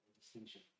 distinction